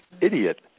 idiot